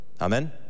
Amen